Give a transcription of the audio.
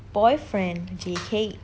boyfriend J_K